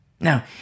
Now